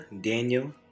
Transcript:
Daniel